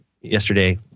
yesterday